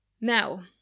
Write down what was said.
now